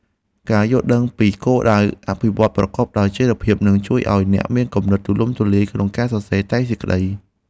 ការយល់ដឹងពីគោលដៅអភិវឌ្ឍន៍ប្រកបដោយចីរភាពនឹងជួយឱ្យអ្នកមានគំនិតទូលំទូលាយក្នុងការសរសេរតែងសេចក្តី។